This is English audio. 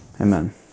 Amen